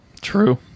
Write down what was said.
True